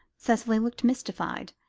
cicely looked mystified.